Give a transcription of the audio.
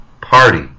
party